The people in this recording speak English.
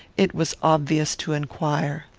it was obvious to inquire.